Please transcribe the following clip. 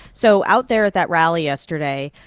so out there at that rally yesterday,